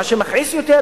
מה שמכעיס יותר,